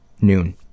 noon